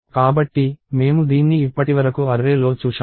కాబట్టి మేము దీన్ని ఇప్పటివరకు అర్రే లో చూశాము